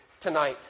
tonight